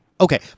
Okay